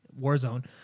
Warzone